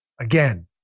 Again